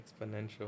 exponential